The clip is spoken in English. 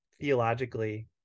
theologically